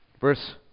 Verse